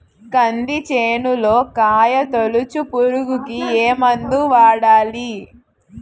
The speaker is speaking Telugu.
కంది చేనులో కాయతోలుచు పురుగుకి ఏ మందు వాడాలి?